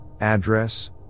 address